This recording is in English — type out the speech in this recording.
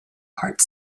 part